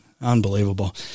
Unbelievable